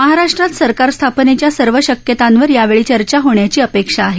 महाराष्ट्रात सरकार स्थापनेच्या सर्व शक्यतांवर यावेळी चर्चा होण्याची अपेक्षा आहे